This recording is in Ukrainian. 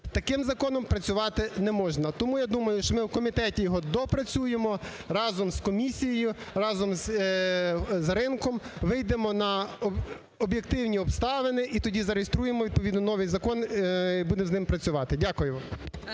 таким законом працювати не можна. Тому я думаю, що ми в комітеті його доопрацюємо разом з комісією, разом з ринком, вийдемо на об'єктивні обставини і тоді зареєструємо відповідно новий закон і будемо з ним працювати. Дякую.